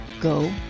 go